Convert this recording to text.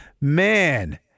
man